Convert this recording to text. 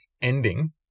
ending